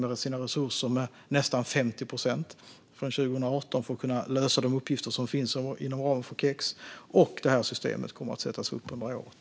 Deras resurser har ökat med nästan 50 procent från 2018 för att de ska kunna lösa de uppgifter som finns inom ramen för KEX, och systemet kommer att sättas upp under året.